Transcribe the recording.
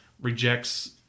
Rejects